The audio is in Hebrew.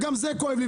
וגם זה כואב לי.